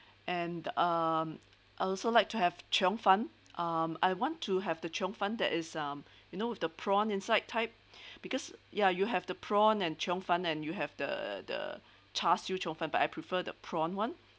and um I also like to have chiong fan um I want to have the chiong fan that is um you know with the prawn inside type because yeah you have the prawn and chiong fan and you have the the char siew chiong fan but I prefer the prawn [one]